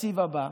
בתקציב הבא,